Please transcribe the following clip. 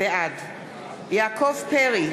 בעד יעקב פרי,